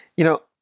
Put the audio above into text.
you know,